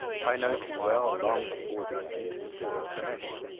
i know too well, long before their sentences are finished,